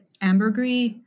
ambergris